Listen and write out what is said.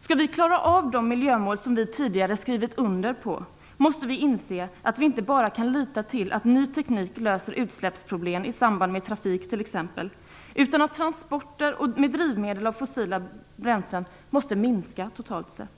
Skall vi klara av de miljömål som vi tidigare skrivit under på, måste vi inse att vi inte bara kan lita till att ny teknik löser utsläppsproblemen i samband med t.ex. trafik, utan att transporter med drivmedel av fossila bränslen måste minska totalt sett.